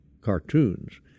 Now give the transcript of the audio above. cartoons